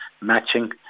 matching